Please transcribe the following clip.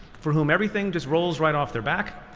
for whom everything just rolls right off their back.